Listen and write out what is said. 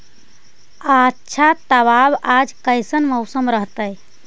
आच्छा बताब आज कैसन मौसम रहतैय?